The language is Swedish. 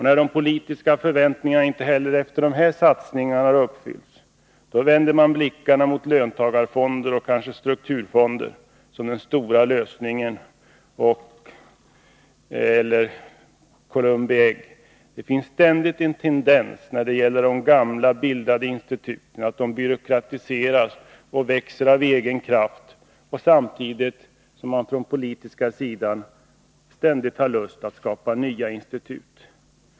När de politiska förväntningarna inte heller efter dessa satsningar har uppfyllts, vänder man blickarna mot löntagarfonder och kanske strukturfonder som den stora lösningen, ett Columbi ägg. Det finns en tendens att de gamla bildade instituten byråkratiseras och växer av egen kraft, samtidigt som man från den politiska sidan ständigt har lust att skapa nya institut.